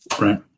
Right